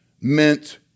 meant